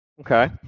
Okay